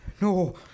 No